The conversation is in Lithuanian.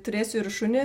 turėsiu ir šunį